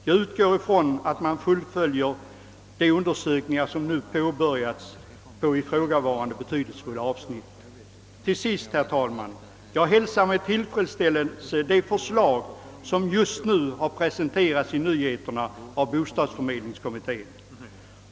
Jag utgår ifrån att man fullföljer de undersökningar som nu påbörjats på ifrågavarande betydelsefulla avsnitt. Jag hälsar med tillfredsställelse, herr talman, de förslag av bostadsförmed lingskommittén som just nu har presenterats i nyheterna.